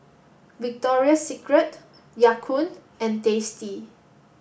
Victoria Secret Ya Kun and Tasty